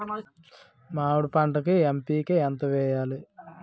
మామిడి పంటకి ఎన్.పీ.కే ఎంత వెయ్యాలి?